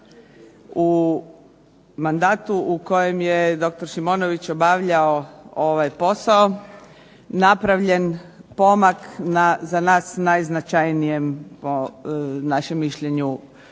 u mandatu u kojem je doktor Šimonović obavljao ovaj posao, napravljen pomak za nas najznačajnijem po našem mišljenju